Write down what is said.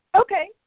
Okay